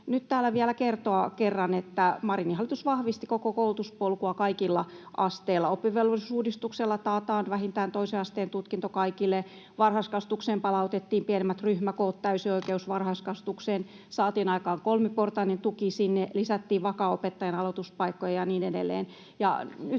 täällä nyt vielä kerran kertoa, että Marinin hallitus vahvisti koko koulutuspolkua kaikilla asteilla. Oppivelvollisuusuudistuksella taataan vähintään toisen asteen tutkinto kaikille, varhaiskasvatukseen palautettiin pienemmät ryhmäkoot ja täysi oikeus varhaiskasvatukseen, saatiin aikaan kolmiportainen tuki sinne, lisättiin vaka-opettajien aloituspaikkoja ja niin edelleen.